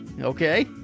Okay